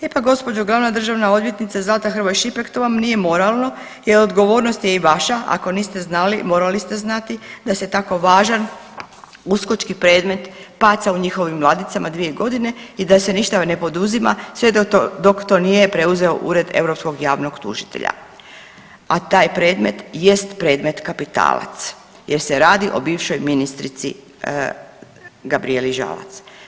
E pa gđo. glavna državna odvjetnice Zlata Hrvoj Šipek to vam nije moralno jer odgovornost je i vaša, ako niste znali, morali ste znati da se tako važan uskočki predmet paca u njihovim ladicama 2.g. i da se ništa ne poduzima sve dok to nije preuzeo Ured europskog javnog tužitelja, a taj predmet jest predmet kapitalac jer se radi o bivšoj ministrici Gabrijeli Žalac.